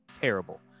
Terrible